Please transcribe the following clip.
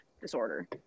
disorder